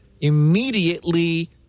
immediately